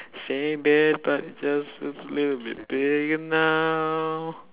same bed but it feels just a little bit bigger now